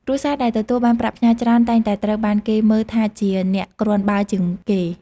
គ្រួសារដែលទទួលបានប្រាក់ផ្ញើច្រើនតែងតែត្រូវបានគេមើលថាជាអ្នកគ្រាន់បើជាងគេ។